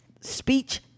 speech